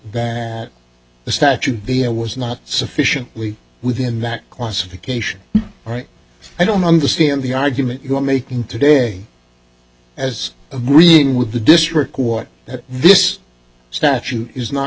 that the statute the a was not sufficiently within that classification right i don't understand the argument you're making today as agreeing with the district court that this statute is not